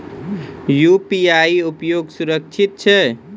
UPI उपयोग सुरक्षित छै?